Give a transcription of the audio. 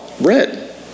red